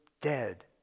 dead